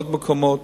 בעוד מקומות.